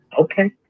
okay